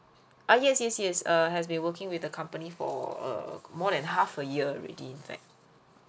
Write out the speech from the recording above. ah yes yes yes uh has been working with the company for err more than half a year already in fact